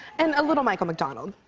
and a little michael mcdonald.